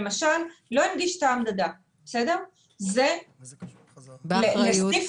למשל לא הנגיש תא מדידה --- (אומרת דברים בשפת הסימנים,